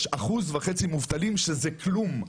יש אחוז וחצי מובטלים שזה כלום.